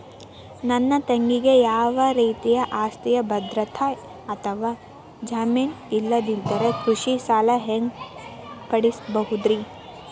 ನನ್ನ ತಂಗಿಗೆ ಯಾವ ರೇತಿಯ ಆಸ್ತಿಯ ಭದ್ರತೆ ಅಥವಾ ಜಾಮೇನ್ ಇಲ್ಲದಿದ್ದರ ಕೃಷಿ ಸಾಲಾ ಹ್ಯಾಂಗ್ ಪಡಿಬಹುದ್ರಿ?